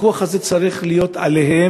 הפיקוח הזה צריך להיות עליהם,